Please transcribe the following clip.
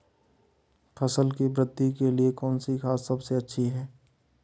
फसल की वृद्धि के लिए कौनसी खाद सबसे अच्छी है?